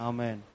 Amen